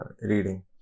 reading